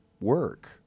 work